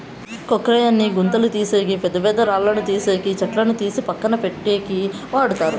క్రొక్లేయిన్ ని గుంతలు తీసేకి, పెద్ద పెద్ద రాళ్ళను తీసేకి, చెట్లను తీసి పక్కన పెట్టేకి వాడతారు